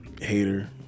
hater